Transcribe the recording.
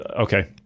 Okay